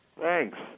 Thanks